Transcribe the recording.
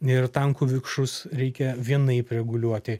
ir tankų vikšrus reikia vienaip reguliuoti